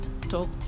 talk